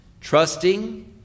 Trusting